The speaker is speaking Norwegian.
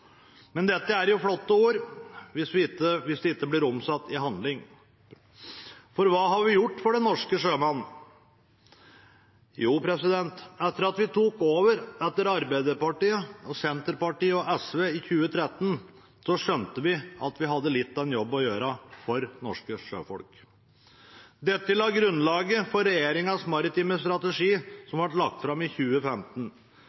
Men dette er bare flotte ord hvis det ikke blir omsatt i handling. For hva har vi gjort for den norske sjømann? Jo, etter at vi tok over etter Arbeiderpartiet, Senterpartiet og SV i 2013, skjønte vi at vi hadde litt av en jobb å gjøre for norske sjøfolk. Dette la grunnlaget for regjeringens maritime strategi,